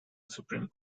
supreme